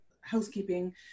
housekeeping